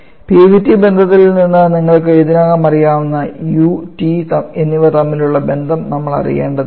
P v T ബന്ധത്തിൽ നിന്ന് നിങ്ങൾക്ക് ഇതിനകം അറിയാവുന്ന u T എന്നിവ തമ്മിലുള്ള ബന്ധം നമ്മൾഅറിയേണ്ടതുണ്ട്